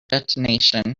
detonation